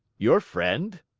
your friend?